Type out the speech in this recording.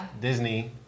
Disney